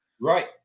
Right